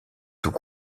tout